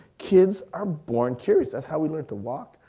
kids are born curious that's how we learn to walk,